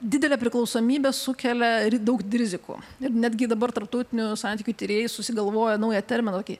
didelė priklausomybė sukelia daug rizikų ir netgi dabar tarptautinių santykių tyrėjai susigalvojo naują terminą tokį